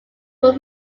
were